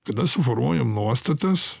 kada suformuojam nuostatas